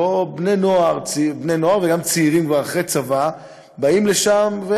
בני נוער וגם צעירים אחרי צבא באים לשם,